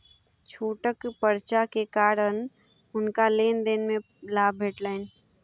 छूटक पर्चा के कारण हुनका लेन देन में लाभ भेटलैन